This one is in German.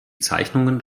zeichnungen